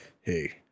hey